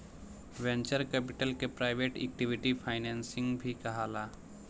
venture capital के private equity financing भी कहाला